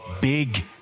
big